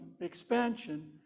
expansion